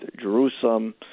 Jerusalem